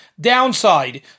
downside